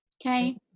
Okay